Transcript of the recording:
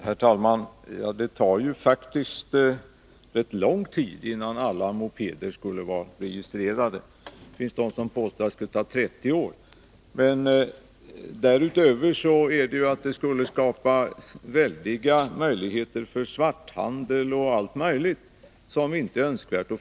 Herr talman! Det skulle faktiskt ta rätt lång tid innan alla mopeder var registrerade; det finns de som påstår att det skulle ta 30 år. Därutöver skulle det skapa väldiga risker för svarthandel och allt möjligt som inte är önskvärt.